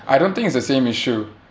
I don't think it's the same issue